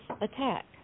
attack